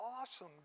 awesome